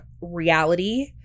reality